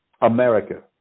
America